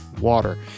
water